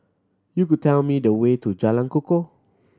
you could tell me the way to Jalan Kukoh